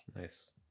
Nice